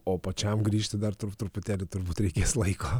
o pačiam grįžti dar trup truputėlį turbūt reikės laiko